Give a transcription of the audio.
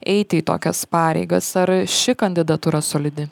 eiti į tokias pareigas ar ši kandidatūra solidi